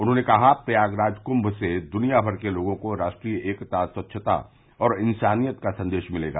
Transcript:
उन्होंने कहा प्रयागराज क्म से दुर्नियाभर के लोगों को राष्ट्रीय एकता स्वच्छता और इन्सानियत का संदेश मिलेगा